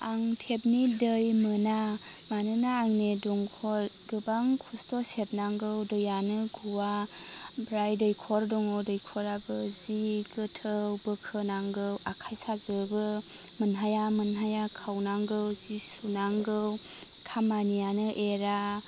आं टेबनि दै मोना मानोना आंनि दंखल गोबां खस्थ' सेथनांगौ दैयानो गवा आमफ्राय दैखर दङ दैखराबो जि गोथौ बोखोनांगौ आखाइ साजोबो मोनहाया मोनहाया खावनांगौ जि सुनागौ खामानियानो एरा